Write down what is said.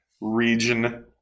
region